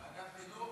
ועדת חינוך?